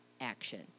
action